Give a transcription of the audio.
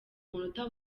munota